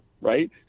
right